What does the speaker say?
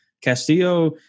Castillo